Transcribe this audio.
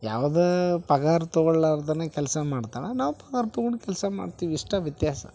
ಯಾವ್ದೇ ಪಗಾರ ತಗೊಳ್ಲಾರ್ದೇನ ಕೆಲಸ ಮಾಡ್ತಾಳೆ ನಾವು ಪಗಾರ ತಗೊಂಡು ಕೆಲಸ ಮಾಡ್ತೀವಿ ಇಷ್ಟೇ ವ್ಯತ್ಯಾಸ